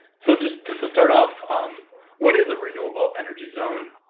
so, just just to start off um what is a renewable energy zone?